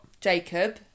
Jacob